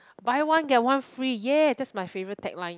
buy one get one free !yay! that's my favourite tagline